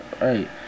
right